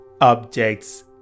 objects